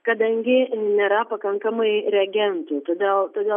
kadangi nėra pakankamai reagentų todėl todėl